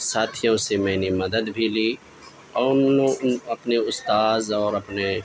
ساتھیوں سے میں نے مدد بھی لی اور اپنے استاذ اور اپنے